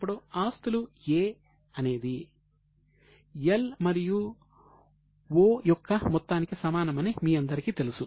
ఇప్పుడు ఆస్తులు A అనేది L మరియు O యొక్క మొత్తానికి సమానమని మీ అందరికీ తెలుసు